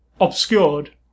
obscured